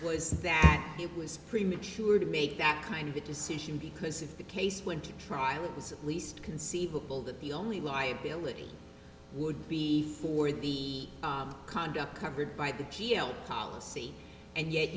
was that it was premature to make that kind of a decision because if the case went to trial it's at least conceivable that the only liability would be for the conduct covered by the g a o policy and yet